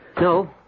No